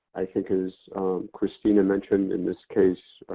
think, as kristina mentioned in this case,